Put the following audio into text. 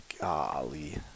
Golly